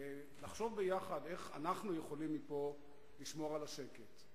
לחשוב יחד איך אנחנו יכולים מפה לשמור על השקט,